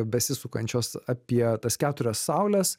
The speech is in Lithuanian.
besisukančios apie tas keturias saules